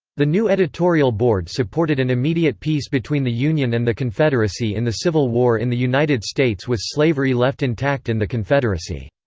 the new editorial board supported an immediate peace between the union and the confederacy in the civil war in the united states with slavery left intact in and the confederacy.